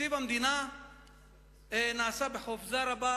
תקציב המדינה נעשה בחופזה רבה,